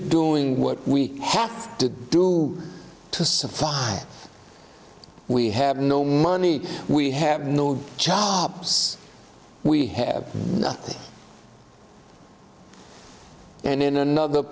doing what we have to do to survive we have no money we have no jobs we have nothing and in another